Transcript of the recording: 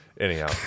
Anyhow